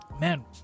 man